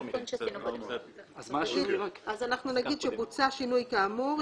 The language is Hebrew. אנחנו נגיד: "בוצע שינוי כאמור,